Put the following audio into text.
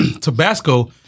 Tabasco